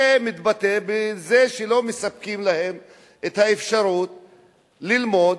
זה מתבטא בכך שלא מספקים להם את האפשרות ללמוד,